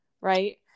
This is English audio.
right